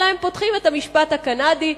אלא הם פותחים את המשפט הקנדי,